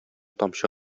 тамчы